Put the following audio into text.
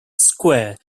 square